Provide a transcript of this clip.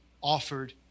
offered